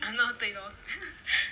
!hannor! 对 loh